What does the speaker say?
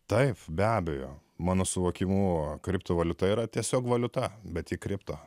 taip be abejo mano suvokimu kriptovaliuta yra tiesiog valiuta bet tik kripta